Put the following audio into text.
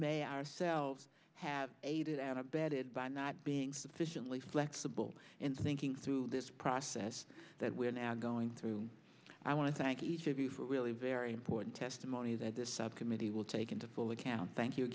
may ourselves have aided and abetted by not being sufficiently flexible in thinking through this process that we are now going through i want to thank each of you for really very important testimony that this subcommittee will take into full account thank you a